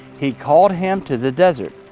he called him to the desert,